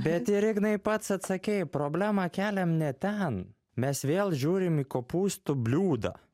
bet ir ignai pats atsakei problemą keliam ne ten mes vėl žiūrim į kopūstų bliūdą